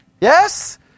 Yes